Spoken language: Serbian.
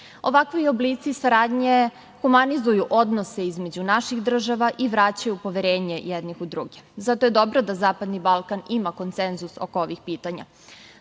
dobra. Ovakvi oblici saradnje humanizuju odnose između naših država i vraćaju poverenje jednih u druge. Zato je dobro da Zapadni Balkan ima konsenzus oko ovih pitanja.Za